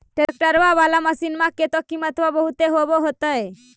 ट्रैक्टरबा बाला मसिन्मा के तो किमत्बा बहुते होब होतै?